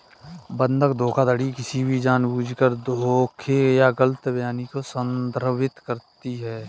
बंधक धोखाधड़ी किसी भी जानबूझकर धोखे या गलत बयानी को संदर्भित करती है